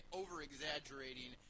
over-exaggerating